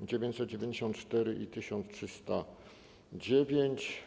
nr 994 i 1309.